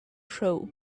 show